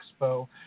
Expo